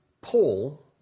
Paul